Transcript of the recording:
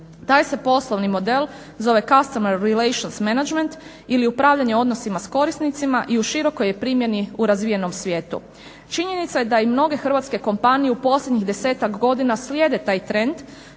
Taj se poslovni model zove customer relations menagament ili upravljanje odnosima s korisnicima i u širokoj je primjeni u razvijenom svijetu. Činjenica je da i mnoge hrvatske kompanije u posljednjih 10-ak godina slijede taj trend